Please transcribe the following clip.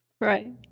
Right